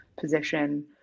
position